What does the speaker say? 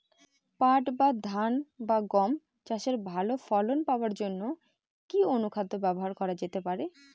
পাট বা ধান বা গম চাষে ভালো ফলন পাবার জন কি অনুখাদ্য ব্যবহার করা যেতে পারে?